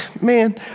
Man